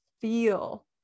feel